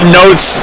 notes